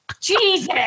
Jesus